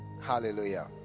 hallelujah